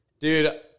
Dude